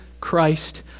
Christ